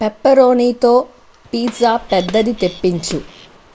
పెప్పరోనీతో pizza పెద్దది తెప్పించుము